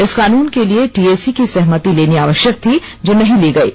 इस कानून के लिए टीएसी की सहमति लेनी आवश्यक थी जो नहीं ली गयी